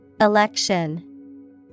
Election